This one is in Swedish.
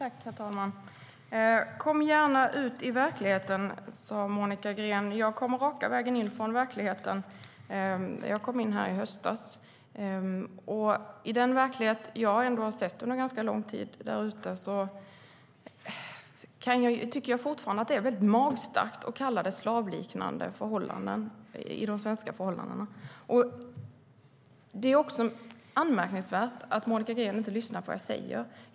Herr talman! Kom gärna ut i verkligheten, sa Monica Green. Jag kommer raka vägen in från verkligheten. Jag kom in här i höstas, och utifrån den verklighet jag har sett under ganska lång tid där ute tycker jag fortfarande att det är väldigt magstarkt att kalla de svenska förhållandena slavliknande. Det är också anmärkningsvärt att Monica Green inte lyssnar på vad jag säger.